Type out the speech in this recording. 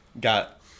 got